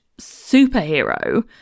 superhero